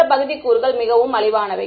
மற்ற பகுதி கூறுகள் மிகவும் மலிவானவை